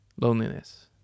Loneliness